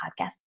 podcast